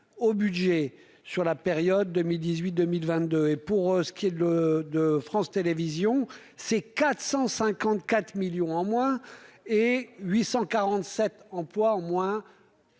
au budget sur la période 2018, 2022, et pour ce qui est le de France Télévisions ces 454 millions en moins et 847 emplois au moins,